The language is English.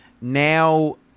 now